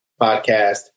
podcast